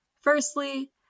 Firstly